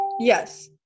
Yes